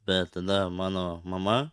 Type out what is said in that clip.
bet tada mano mama